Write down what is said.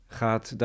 gaat